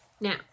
Now